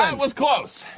um was close